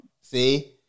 see